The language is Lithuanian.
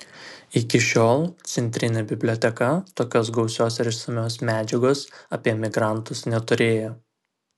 iki šiol centrinė biblioteka tokios gausios ir išsamios medžiagos apie emigrantus neturėjo